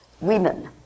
women